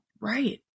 Right